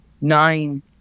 nine